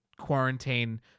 quarantine